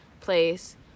place